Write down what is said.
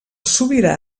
sobirà